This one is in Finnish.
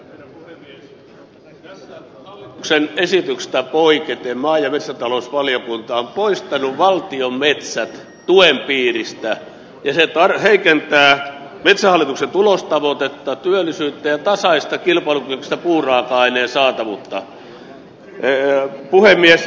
tässä hallituksen esityksestä poiketen maa ja metsätalousvaliokunta on poistanut valtion metsät tuen piiristä ja se heikentää metsähallituksen tulostavoitetta työllisyyttä ja tasaista kilpailukykyistä puuraaka aineen saatavuutta